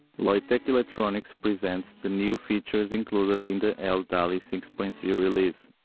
loytec electronics presents the new features included in the l-dali six point three release.